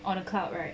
on a cloud right